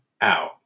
out